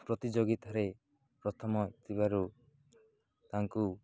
ପ୍ରତିଯୋଗିିତାରେ ପ୍ରଥମ ହୋଇଥିବାରୁ ତାଙ୍କୁ